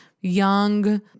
young